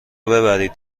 ببرید